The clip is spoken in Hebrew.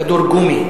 כדור גומי,